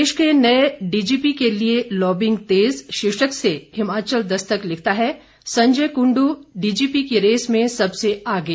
प्रदेश के नए डीजीपी के लिए लॉबिंग तेज शीर्षक से हिमाचल दस्तक लिखता है संजय कुंडू डीजीपी की रेस में सबसे आगे